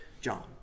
John